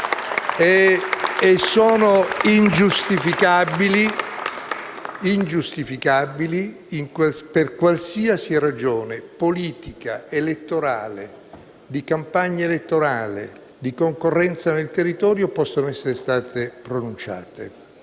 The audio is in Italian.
Sono ingiustificabili per qualsiasi ragione, politica, elettorale, di campagna elettorale, di concorrenza nel territorio, possano essere state pronunciate.